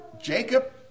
Jacob